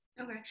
Okay